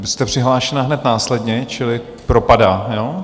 Vy jste přihlášena hned následně, čili propadá, ano?